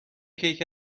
کیک